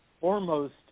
foremost